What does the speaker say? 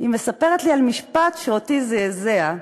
היא מספרת לי על משפט שאותי זעזע,